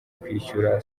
kwishyura